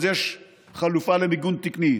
אז יש חלופה למיגון תקני.